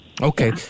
Okay